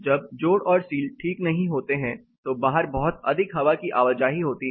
जब जोड़ और सील ठीक नहीं होते है तो बाहर बहुत अधिक हवा की आवाजाही होती है